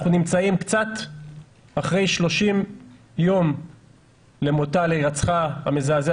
אנחנו נמצאים קצת אחרי 30 ימים להירצחה המזעזע